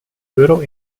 euro